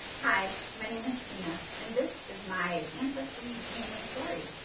hi. my name is tina, and this is my ancestry dna story.